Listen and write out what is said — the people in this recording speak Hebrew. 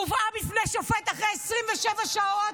הובאה בפני שופט אחרי 27 שעות,